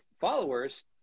followers